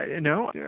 No